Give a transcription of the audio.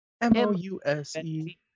m-o-u-s-e